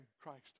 Christ